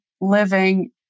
living